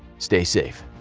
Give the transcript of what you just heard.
stay safe.